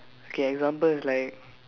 K example is like